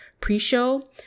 pre-show